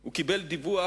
הוא קיבל דיווח